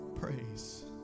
Praise